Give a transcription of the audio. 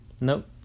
Nope